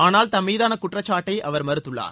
ஆனால் தம்மீதான குற்றச்சாட்டை அவர் மறுத்துள்ளார்